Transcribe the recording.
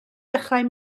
dechrau